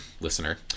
listener